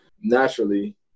naturally